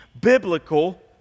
biblical